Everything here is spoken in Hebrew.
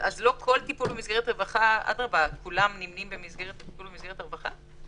אז כולם נמנים ב"טיפול במסגרת רווחה"?